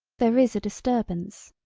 there is a disturbance.